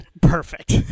Perfect